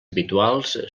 habituals